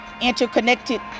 interconnected